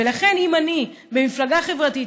ולכן אם אני במפלגה חברתית,